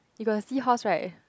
you got seahorse right